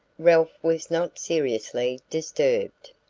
ralph was not seriously disturbed.